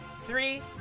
three